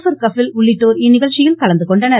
per Kapil உள்ளிட்டோர் இந்நிகழ்ச்சியில் கலந்துகொண்டனர்